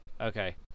Okay